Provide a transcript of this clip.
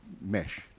mesh